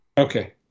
Okay